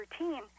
routine